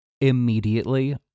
immediately